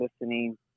listening